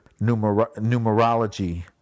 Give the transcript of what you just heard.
numerology